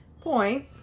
Point